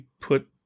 put